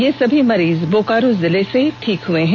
ये सभी मरीज बोकारो जिले से ठीक हुए हैं